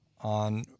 on